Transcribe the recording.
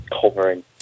covering